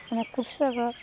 ଜଣେ କୃଷକ